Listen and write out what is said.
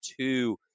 two